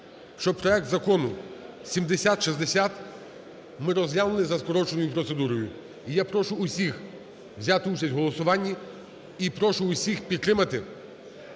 щоб проект Закону 7060 ми розглянули за скороченою процедурою. Я прошу всіх взяти участь в голосуванні і прошу всіх підтримати